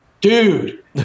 dude